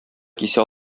кисә